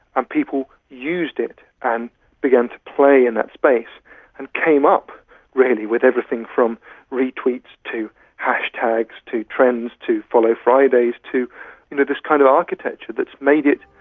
and people used it and began to play in that space and came up really with everything from re-tweets to hashtags to trends to follow fridays, to you know this kind of architecture that has made it,